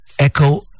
Echo